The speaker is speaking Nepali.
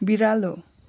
बिरालो